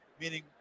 meaning